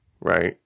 right